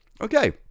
Okay